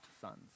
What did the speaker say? sons